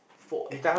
forty